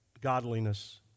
godliness